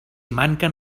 manquen